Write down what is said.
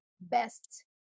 best